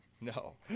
No